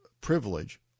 privilege